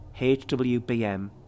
HWBM